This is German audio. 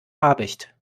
habicht